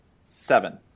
Seven